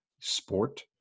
sport